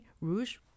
Rouge